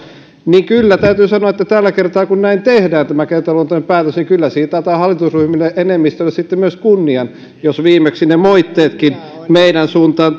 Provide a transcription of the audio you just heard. kyllä täytyy sanoa että tällä kertaa kun tehdään tämä kertaluontoinen päätös kyllä siitä pitää antaa hallitusryhmien enemmistölle sitten myös kunnia jos viimeksi ne moitteetkin meidän suuntaamme